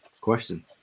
question